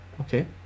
Okay